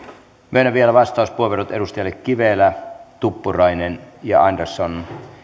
myönnän vielä vastauspuheenvuorot edustajille kivelä tuppurainen ja andersson